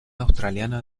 australiana